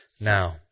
now